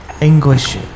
English